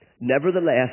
Nevertheless